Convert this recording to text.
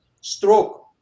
stroke